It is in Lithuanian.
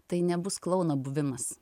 tai nebus klouno buvimas